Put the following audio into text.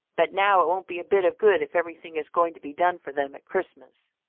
but now it won't be a bit of good if everything is going to be done for them at christmas.